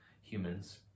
humans